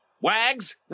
wags